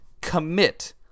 commit